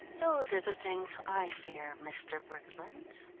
those are the things i fear, mr. briggerland.